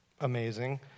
amazing